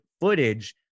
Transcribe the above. footage